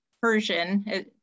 Persian